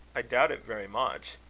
i doubt it very much.